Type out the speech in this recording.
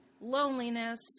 loneliness